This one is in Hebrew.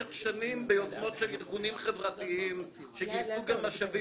במשך שנים ביוזמות של ארגונים חברתיים שגייסו גם משאבים